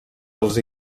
els